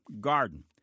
garden